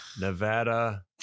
Nevada